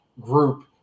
group